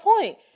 point